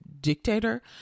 dictator